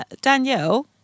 Danielle